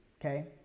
okay